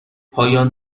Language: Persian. پایان